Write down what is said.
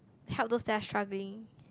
help those that are struggling